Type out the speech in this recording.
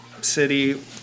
city